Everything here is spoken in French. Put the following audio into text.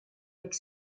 avec